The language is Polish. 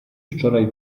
wczoraj